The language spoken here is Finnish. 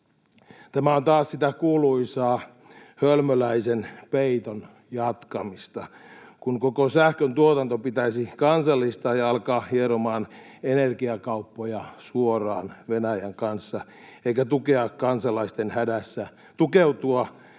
tämä on taas sitä kuuluisaa hölmöläisen peiton jatkamista, kun koko sähköntuotanto pitäisi kansallistaa ja alkaa hieromaan energiakauppoja suoraan Venäjän kanssa eikä tukeutua kansalaisten hädässä joihinkin